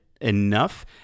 enough